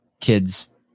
kids